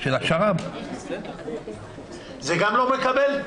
של השר"מ זה גם לא מקבל?